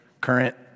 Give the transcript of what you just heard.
current